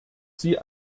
sie